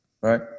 right